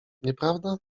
nieprawda